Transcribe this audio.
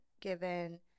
given